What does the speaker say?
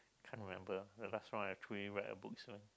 trying to remember the last round I truly read a book is when